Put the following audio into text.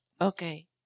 Okay